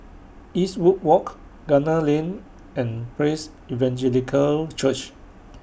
Eastwood Walk Gunner Lane and Praise Evangelical Church